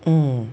mm